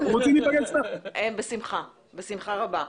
בשמחה רבה.